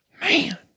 Man